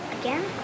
Again